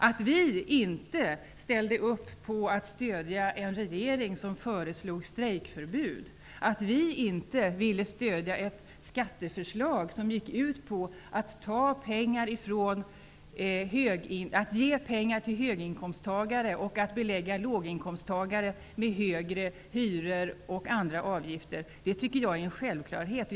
Att vi inte ställde upp för att stödja en regering som föreslog strejkförbud, inte ville stödja ett skatteförslag som gick ut på att ge pengar till höginkomsttagare och belägga låginkomsttagare med högre hyror och andra avgifter var en självklarhet.